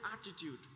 attitude